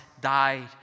died